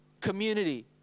community